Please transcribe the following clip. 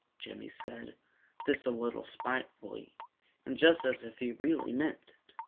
jimmy said this a little spitefully and just as if he really meant it.